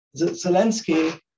Zelensky